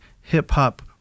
hip-hop